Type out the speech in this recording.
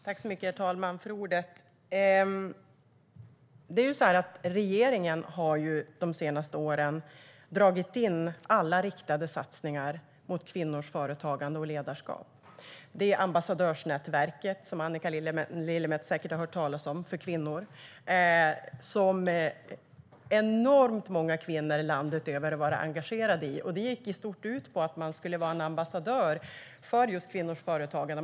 Herr talman! Regeringen har de senaste åren dragit in alla satsningar riktade till kvinnors företagande och ledarskap. Det gäller Ambassadörsnätverket för kvinnor, som Annika Lillemets säkert har hört talas om. Det engagerade enormt många kvinnor i landet och gick i stort sett ut på att de skulle vara ambassadörer för kvinnors företagande.